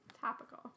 Topical